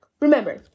Remember